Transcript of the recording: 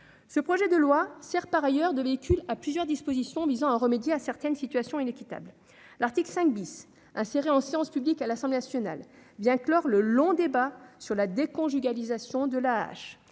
Ce projet de loi sert par ailleurs de véhicule à plusieurs dispositions visant à remédier à certaines situations inéquitables. L'article 5 , inséré en séance publique à l'Assemblée nationale, vient clore le long débat sur la déconjugalisation de